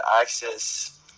access